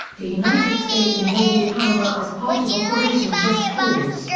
the united states invaded panama as part of operation just cause,